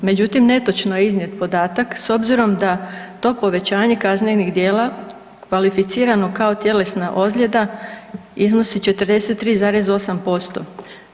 Međutim, netočno je iznijet podatak s obzirom da je to povećanje kaznenih djela kvalificirano kao tjelesna ozljeda iznosi 43,8%